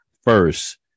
first